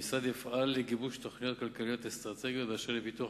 המשרד יפעל לגיבוש תוכניות כלכליות אסטרטגיות לפיתוח